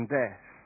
death